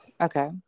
Okay